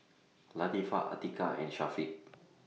Latifa Atiqah and Syafiq